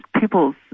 people's